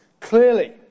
Clearly